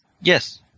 Yes